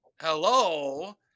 hello